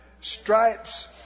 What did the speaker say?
Stripes